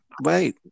right